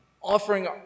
offering